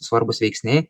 svarbūs veiksniai